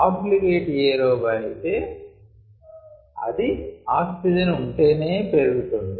obligate aerobe అయితే అది oxygen ఉంటేనే పెరుగుతుంది